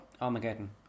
Armageddon